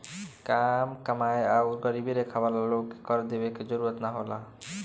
काम कमाएं आउर गरीबी रेखा वाला लोग के कर देवे के जरूरत ना होला